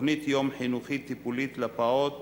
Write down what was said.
תוכנית יום חינוכית-טיפולית לפעוט